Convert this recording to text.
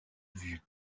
vues